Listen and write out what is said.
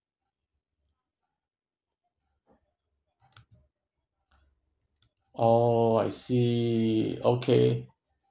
oh I see okay